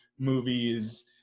Movies